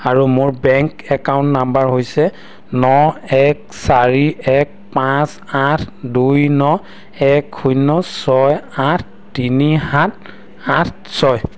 আৰু মোৰ bank account number হৈছে ন এক চাৰি এক পাঁচ আঠ দুই ন এক শূন্য ছয় আঠ তিনি সাত আঠ ছয়